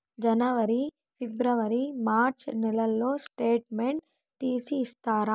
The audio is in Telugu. జనవరి, ఫిబ్రవరి, మార్చ్ నెలల స్టేట్మెంట్ తీసి ఇస్తారా?